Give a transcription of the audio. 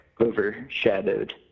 overshadowed